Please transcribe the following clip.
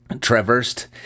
traversed